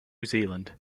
zealand